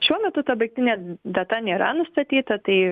šiuo metu ta baigtinė data nėra nustatyta tai